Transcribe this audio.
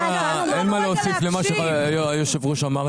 אין מה להוסיף למה שהיושב ראש אמר,